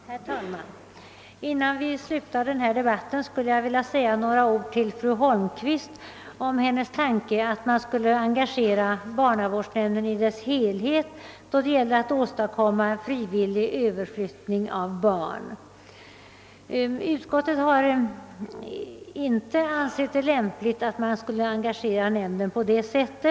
Herr talman! Innan vi avslutar denna debatt skulle jag vilja säga några ord till fru Holmqvist om hennes tanke att engagera barnavårdsnämnden i dess helhet då det gäller att åstadkomma en frivillig överflyttning av barn. Utskottet har inte ansett det lämpligt att engagera nämnden på detta sätt.